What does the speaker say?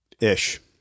ish